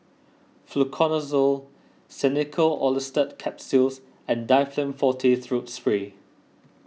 Fluconazole Xenical Orlistat Capsules and Difflam forte Throat Spray